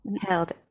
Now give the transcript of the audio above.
held